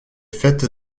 faite